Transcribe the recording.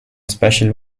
special